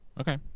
okay